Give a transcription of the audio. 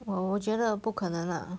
我我觉得不可能 lah